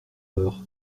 peur